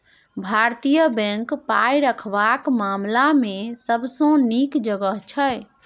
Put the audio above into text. भारतीय बैंक पाय रखबाक मामला मे सबसँ नीक जगह छै